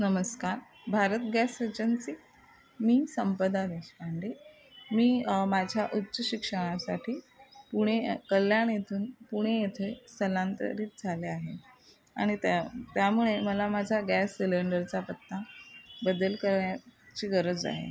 नमस्कार Bharat gas agency मी संपदा देशपांडे मी माझ्या उच्च शिक्षणासाठी पुणे कल्याण येथून पुणे येथे स्थलांतरित झाले आहे आणि त्या त्यामुळे मला माझा गॅस सिलेंडरचा पत्ता बदल करायची गरज आहे